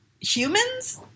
humans